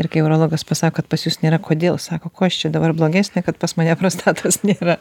ir kai urologas pasako kad pas jus nėra kodėl sako kuo aš čia dabar blogesnė kad pas mane prostatos nėra